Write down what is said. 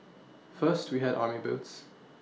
first we had army boots